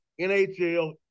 NHL